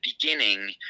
beginning